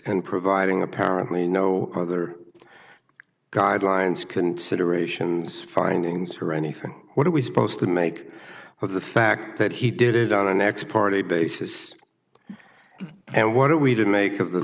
in providing apparently no other guidelines considerations findings or anything what are we supposed to make of the fact that he did it on an ex parte basis and what we did make of the